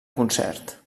concert